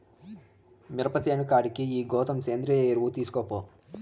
మిరప సేను కాడికి ఈ గోతం సేంద్రియ ఎరువు తీస్కపో